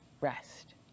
rest